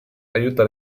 aiuta